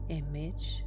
image